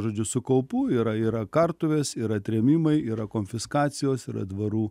žodžiu su kaupu yra yra kartuvės yra trėmimai yra konfiskacijos yra dvarų